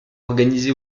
organisé